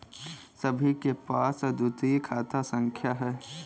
सभी के पास अद्वितीय खाता संख्या हैं